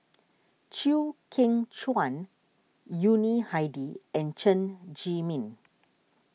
Chew Kheng Chuan Yuni Hadi and Chen Zhiming